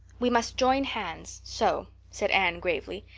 we must join hands so, said anne gravely.